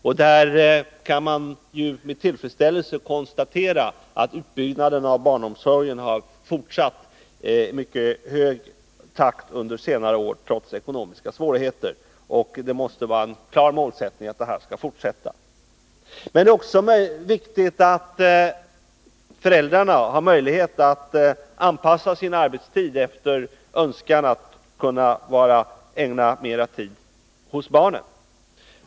Och man kan med tillfredsställelse konstatera att utbyggnaden av barnomsorgen har fortsatt i mycket hög takt på senare år, trots ekonomiska svårigheter, och det måste vara en klar målsättning att denna utbyggnad skall fortsätta. Men det är också viktigt att föräldrarna har möjlighet att anpassa sina arbetstider efter önskan att ägna mer tid åt barnen.